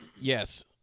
Yes